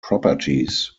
properties